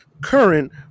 Current